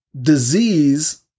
disease